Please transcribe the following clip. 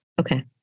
Okay